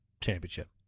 championship